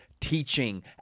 teaching